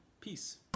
Peace